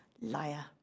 liar